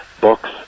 books